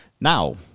Now